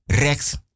rex